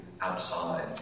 outside